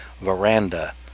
veranda